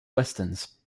westerns